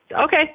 okay